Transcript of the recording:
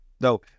no